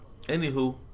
Anywho